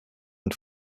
und